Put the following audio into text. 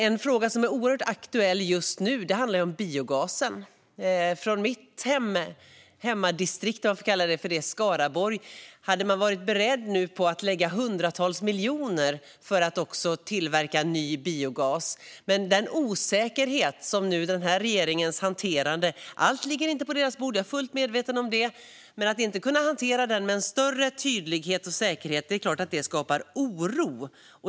En fråga som är oerhört aktuell just nu är biogasen. Från mitt hemmadistrikt, om jag får kalla det så, Skaraborg hade man nu varit beredd att lägga hundratals miljoner på att tillverka ny biogas. Allt ligger inte på regeringens bord; jag är fullt medveten om det. Men regeringens hanterande leder till osäkerhet, och att inte kunna hantera detta med större tydlighet och säkerhet skapar såklart oro.